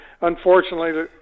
Unfortunately